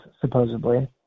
supposedly